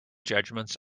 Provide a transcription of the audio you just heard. judgements